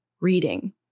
reading